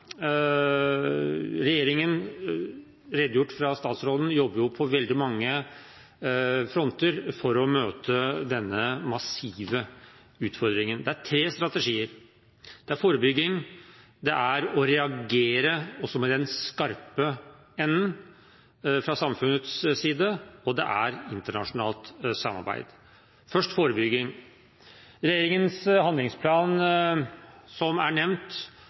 Regjeringen – som redegjort for fra statsråden – jobber på veldig mange fronter for å møte denne massive utfordringen. Det er tre strategier. Det er forebygging, det er å reagere – også med den skarpe enden – fra samfunnets side, og det er internasjonalt samarbeid. Først forebygging: Regjeringens handlingsplan, som er nevnt,